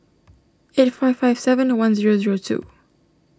eight five five seven one zero zero two